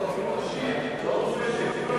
דוד, אם הוא משיב הוא לא יכול